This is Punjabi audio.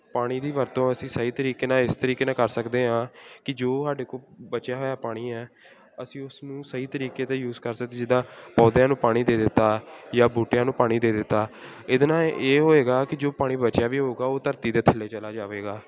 ਪਾਣੀ ਦੀ ਵਰਤੋਂ ਅਸੀਂ ਸਹੀ ਤਰੀਕੇ ਨਾਲ ਇਸ ਤਰੀਕੇ ਨਾਲ ਕਰ ਸਕਦੇ ਹਾਂ ਕਿ ਜੋ ਸਾਡੇ ਕੋਲ ਬਚਿਆ ਹੋਇਆ ਪਾਣੀ ਹੈ ਅਸੀਂ ਉਸ ਨੂੰ ਸਹੀ ਤਰੀਕੇ ਤੇ ਯੂਜ ਕਰ ਸਕਦੇ ਜਿੱਦਾਂ ਪੌਦਿਆਂ ਨੂੰ ਪਾਣੀ ਦੇ ਦਿੱਤਾ ਜਾਂ ਬੂਟਿਆਂ ਨੂੰ ਪਾਣੀ ਦੇ ਦਿੱਤਾ ਇਹਦੇ ਨਾਲ ਇਹ ਹੋਏਗਾ ਕਿ ਜੋ ਪਾਣੀ ਬਚਿਆ ਵੀ ਹੋਵੇਗਾ ਉਹ ਧਰਤੀ ਦੇ ਥੱਲੇ ਚਲਾ ਜਾਵੇਗਾ